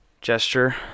gesture